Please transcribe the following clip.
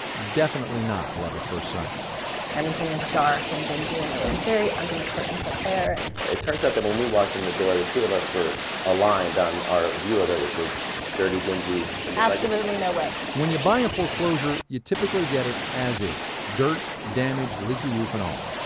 definitely not love at first sight everything was dark and dingy. and there were very ugly curtains up there and it turns out that when we walked in the door, the two of us were aligned on our view of it, which was dirty, dingy absolutely no way when you buy a foreclosure, you typically get it as is dirt, damage, leaky roof and all.